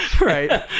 Right